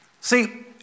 See